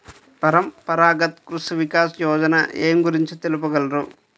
పరంపరాగత్ కృషి వికాస్ యోజన ఏ గురించి తెలుపగలరు?